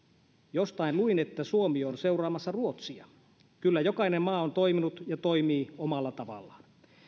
jostain luin että suomi on seuraamassa ruotsia kyllä jokainen maa on toiminut ja toimii omalla tavallaan